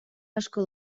asko